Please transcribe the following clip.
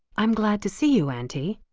i'm glad to see you, auntie